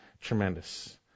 Tremendous